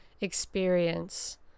experience